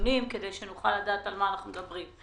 נתונים כדי שנוכל לדעת על מה אנחנו מדברים.